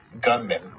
gunmen